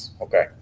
Okay